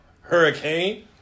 hurricane